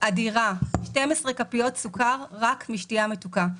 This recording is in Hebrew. אדירה 12 כפיות סוכר רק משתייה מתוקה.